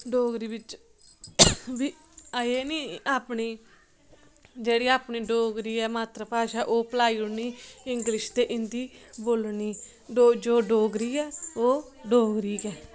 डोगरी बिच्च असें निं अपनी जेहड़ी अपनी डोगरी ऐ मात्तर भाशा ओह् भलाई ओड़नी इंग्लिश ते हिंदी बोलनी डो जो डोगरी ऐ ओह् डोगरी गै